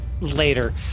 later